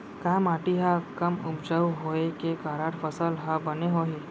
का माटी हा कम उपजाऊ होये के कारण फसल हा बने होही?